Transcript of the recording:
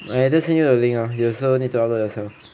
eh I just send you to the link loh you also need to upload yourself